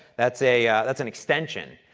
that's a that's an extension.